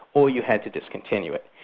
or you had to discontinue it.